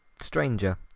Stranger